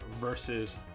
versus